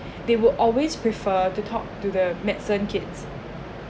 they will always prefer to talk to the medicine kids